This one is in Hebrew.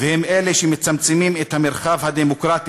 והם אלה שמצמצמים את המרחב הדמוקרטי,